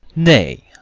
nay,